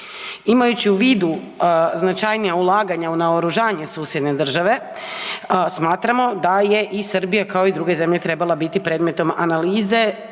Imajući u vidu značajnija ulaganja u naoružanje susjedne države smatramo da je i Srbija kao i druge zemlje trebala biti predmetom analize,